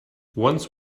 once